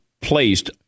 placed